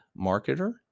marketer